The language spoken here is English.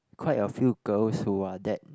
quite a few girls who are that